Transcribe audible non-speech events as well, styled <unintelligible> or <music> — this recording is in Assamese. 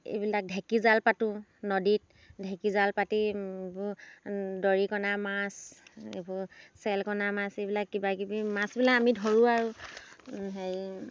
এইবিলাক ঢেঁকী জাল পাতোঁ নদীত ঢেঁকী জাল পাতি <unintelligible> দৰিকণা মাছ এইবোৰ চেলকণা মাছ এইবিলাক কিবা কিবি মাছবিলাক আমি ধৰোঁ আৰু হেৰি